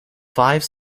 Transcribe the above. five